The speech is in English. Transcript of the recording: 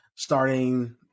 Starting